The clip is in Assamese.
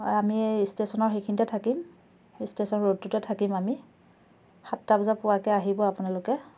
অঁ আমি ইষ্টেচনৰ সেইখিনিতে থাকিম ইষ্টেচন ৰ'ডটোতে থাকিম আমি সাতটা বজাত পোৱাকে আহিব আপোনালোকে